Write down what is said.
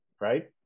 right